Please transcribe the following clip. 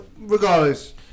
regardless